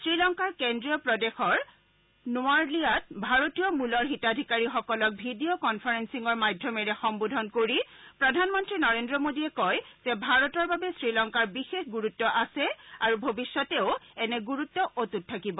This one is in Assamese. শ্ৰীলংকাৰ কেন্দ্ৰীয় প্ৰদেশৰ নোৱাৰইলিয়াত ভাৰতীয় মূলৰ হিতাধিকাৰীসকলক ভিডিঅ' কনভাৰেলিঙৰ মাধ্যমেৰে সম্বোধন কৰি প্ৰধানমন্তী নৰেল্ৰ মোদীয়ে কয় যে ভাৰতৰ বাবে শ্ৰীলংকাৰ বিশেষ গুৰুত আছে আৰু ভৱিষ্যতেও এনে গুৰুত অট্ত থাকিব